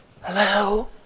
hello